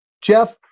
Jeff